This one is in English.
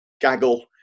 gaggle